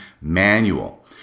manual